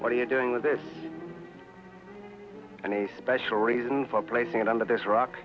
what are you doing with this and a special reason for placing it under this rock